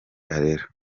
arera